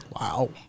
Wow